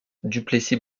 duplessis